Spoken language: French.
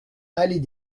allée